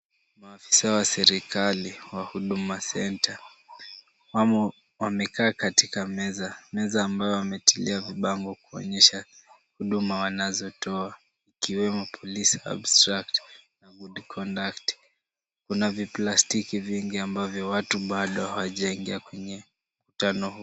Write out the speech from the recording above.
Maafisa wa serikali wa Huduma centre wamo wamekaa katika meza. Meza ambayo wametilia vibango kuonyesha huduma wanazotoa, ikiwemo police abstract na good conduct . Kuna viplastiki vingi, ambavyo watu bado hawajaingia kwenye mkutano huu.